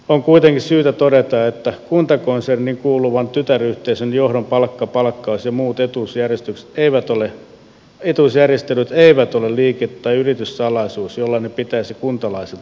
on kuitenkin syytä todeta että kuntakonserniin kuuluvan tytäryhteisön johdon palkka palkkaus ja muut etuusjärjestelyt eivät ole liike tai yrityssalaisuus jollainen pitäisi kuntalaiset